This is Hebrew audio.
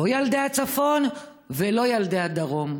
לא ילדי הצפון ולא ילדי הדרום?